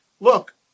look